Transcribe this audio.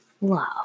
love